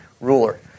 ruler